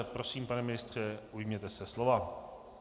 Prosím, pane ministře, ujměte se slova.